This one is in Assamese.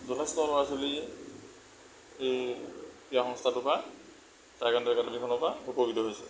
যথেষ্ট ল'ৰা ছোৱালীয়ে এই ক্ৰীড়া সংস্থাটোৰ পৰা টাইকোৱাণ্ডো একাডেমিখনৰ পৰা উপকৃত হৈছে